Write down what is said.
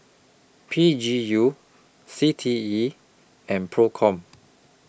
P G U C T E and PROCOM